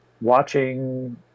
watching